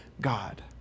God